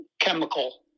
chemical